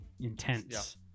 intense